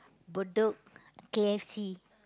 Bedok K_F_C